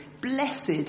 Blessed